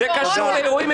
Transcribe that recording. זה קשור לאירועים,